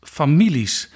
families